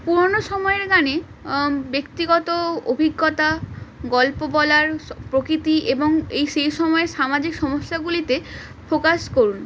পুরোনো সময়ের গানে ব্যক্তিগত অভিজ্ঞতা গল্প বলার প্রকৃতি এবং এই সেই সময়ের সামাজিক সমস্যাগুলিতে ফোকাস করুন